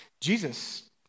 Jesus